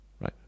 right